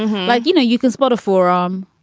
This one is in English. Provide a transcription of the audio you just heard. like you know, you can spot a forum,